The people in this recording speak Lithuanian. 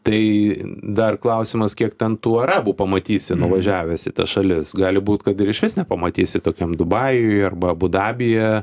tai dar klausimas kiek ten tų arabų pamatysi nuvažiavęs į tas šalis gali būt kad ir išvis nepamatysi tokiam dubajuje arba abu dabyje